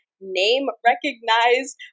name-recognized